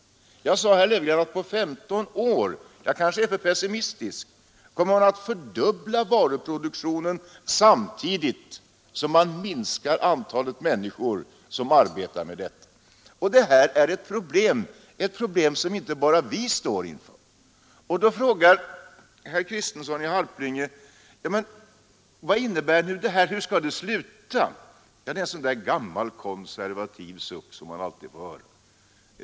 Jag sade, herr Löfgren, att man på 15 år — jag kanske är alltför pessimistisk — kommer att ha fördubblat varuproduktionen samtidigt som man minskar antalet människor som Nr 67 arbetar med den. Detta är ett problem, men det är ett problem som inte bara vi står dr inför. Då frågar herr Kristiansson i Harplinge: Vad innebär det här, och hur skall det sluta? Ja, det är en gammal konservativ suck som man alltid får höra!